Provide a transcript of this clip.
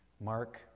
mark